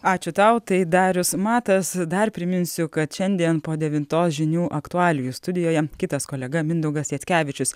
ačiū tau tai darius matas dar priminsiu kad šiandien po devintos žinių aktualijų studijoje kitas kolega mindaugas jackevičius